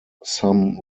some